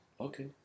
Okay